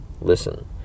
Listen